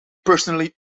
personally